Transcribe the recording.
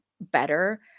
better